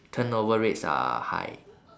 turnover rates are high